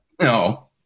No